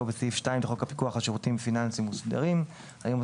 בסעיף 2 לחוק הפיקוח על שירותים פיננסיים מוסדרים; היום,